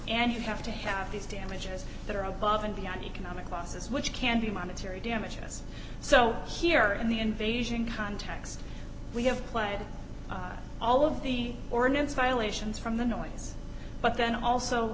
and you have to have these damages that are above and beyond economic losses which can be monetary damages so here in the invasion context we have planted all of the ordinance phylicia is from the noise but then also